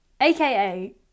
AKA